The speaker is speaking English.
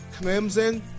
Clemson